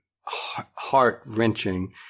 heart-wrenching